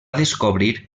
descobrir